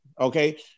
Okay